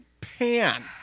pan